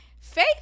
Faith